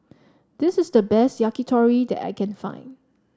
this is the best Yakitori that I can find